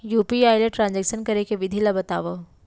UPI ले transaction करे के विधि ला बतावव?